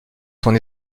son